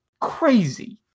crazy